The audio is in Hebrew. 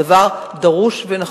הדבר דרוש ונחוץ.